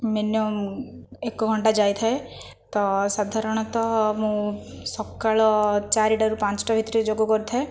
minimum ଏକଘଣ୍ଟା ଯାଇଥାଏ ତ ସାଧାରଣତଃ ମୁଁ ସକାଳ ଚାରିଟାରୁ ପାଞ୍ଚଟା ଭିତରେ ଯୋଗ କରିଥାଏ